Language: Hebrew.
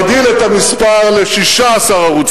והממשלה החליטה להגדיל את המספר ל-16 ערוצים,